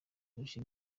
kurusha